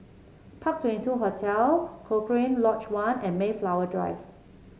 Park Twenty two Hotel Cochrane Lodge One and Mayflower Drive